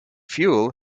fuel